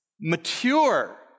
mature